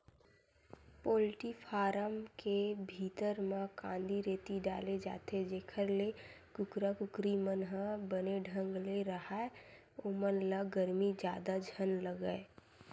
poultry farm के भीतरी म कांदी, रेती डाले जाथे जेखर ले कुकरा कुकरी मन ह बने ढंग ले राहय ओमन ल गरमी जादा झन लगय